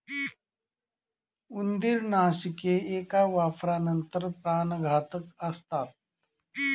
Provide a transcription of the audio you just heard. उंदीरनाशके एका वापरानंतर प्राणघातक असतात